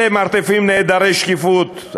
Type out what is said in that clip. אלה הם מרתפים נעדרי שקיפות,